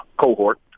cohort